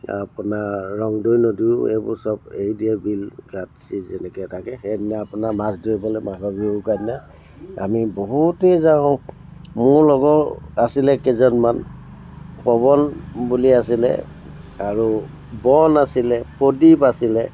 আপোনাৰ ৰংদৈ নদীও এইবোৰ চব এৰি দিয়া বিল তাত যি যেনেকৈ থাকে সেইদিনা আপোনাৰ মাছ ধৰিবলৈ মাঘৰ বিহুৰ উৰুকাৰ দিনা আমি বহুতেই যাওঁ মোৰ লগৰ আছিলে কেইজনমান পৱন বুলি আছিলে আৰু বন আছিলে প্ৰদীপ আছিলে